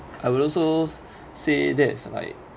I would also say that's like